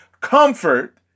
comfort